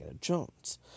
Jones